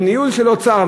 וניהול של האוצר,